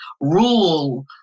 rule